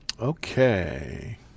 okay